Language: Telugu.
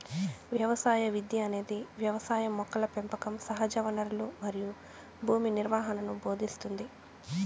వ్యవసాయ విద్య అనేది వ్యవసాయం మొక్కల పెంపకం సహజవనరులు మరియు భూమి నిర్వహణను భోదింస్తుంది